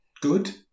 good